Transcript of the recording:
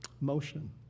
motion